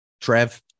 Trev